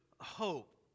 hope